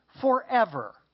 forever